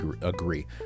agree